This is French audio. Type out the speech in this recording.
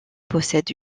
possède